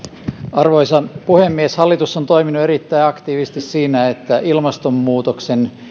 arvoisa puhemies hallitus on toiminut erittäin aktiivisesti siinä että ilmastonmuutoksen